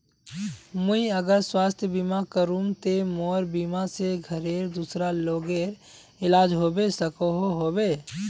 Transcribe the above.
मुई अगर स्वास्थ्य बीमा करूम ते मोर बीमा से घोरेर दूसरा लोगेर इलाज होबे सकोहो होबे?